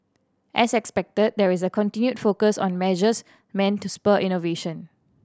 as expected there is a continued focus on measures meant to spur innovation